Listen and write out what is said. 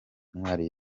intwari